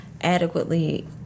adequately